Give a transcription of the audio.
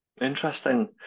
Interesting